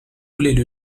voulaient